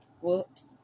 Whoops